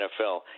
NFL